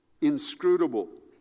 inscrutable